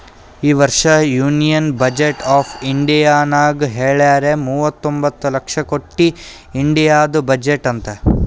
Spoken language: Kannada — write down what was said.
ಈ ವರ್ಷ ಯೂನಿಯನ್ ಬಜೆಟ್ ಆಫ್ ಇಂಡಿಯಾನಾಗ್ ಹೆಳ್ಯಾರ್ ಮೂವತೊಂಬತ್ತ ಲಕ್ಷ ಕೊಟ್ಟಿ ಇಂಡಿಯಾದು ಬಜೆಟ್ ಅಂತ್